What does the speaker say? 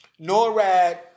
NORAD